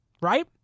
right